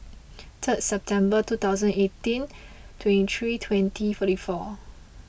third September two thousand eighteen twenty three twenty forty four